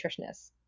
nutritionists